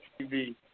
TV